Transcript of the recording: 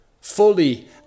fully